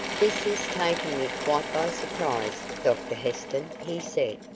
this has taken me quite by surprise, doctor heston, he said.